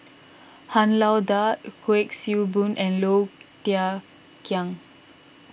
Han Lao Da Kuik Swee Boon and Low Thia Khiang